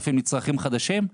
8,000 נצרכים חדשים?